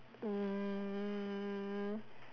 um